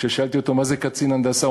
כששאלתי אותו מה זה "קצין הנדסה",